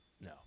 no